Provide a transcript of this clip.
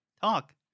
Talk